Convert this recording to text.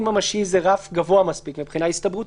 ממשי זה רף גבוה מספיק מבחינה הסתברותית?